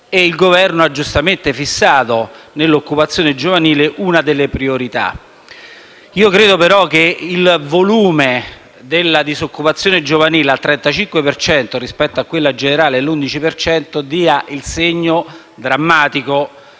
Il Governo ha giustamente fissato nell'occupazione giovanile una delle priorità. Credo però che il volume della disoccupazione giovanile al 35 per cento, rispetto a quella generale che si attesta all'11